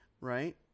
right